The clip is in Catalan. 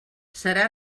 serà